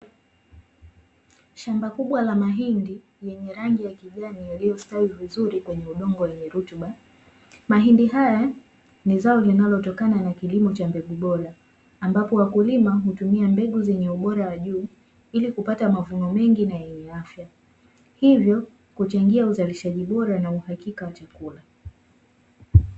Shamba kubwa la mahindi lenye rangi ya kijani yaliyostawi vizuri kwenye udongo wenye rutuba. Mahindi haya ni zao linalotokana na kilimo cha mbegu bora, ambapo wakulima hutumia mbegu zenye ubora wa juu ili kupata mavuno mengi na yenye afya. Hivyo kuchangia uzalishaji bora na uhakika wa chakula.